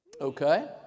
Okay